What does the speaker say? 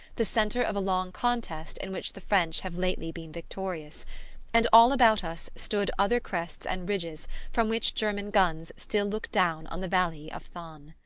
the centre of a long contest in which the french have lately been victorious and all about us stood other crests and ridges from which german guns still look down on the valley of thann.